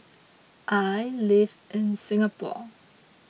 I live in Singapore